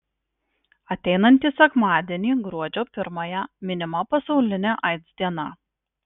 ateinantį sekmadienį gruodžio pirmąją minima pasaulinė aids diena